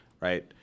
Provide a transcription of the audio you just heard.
right